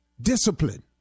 Discipline